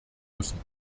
müssen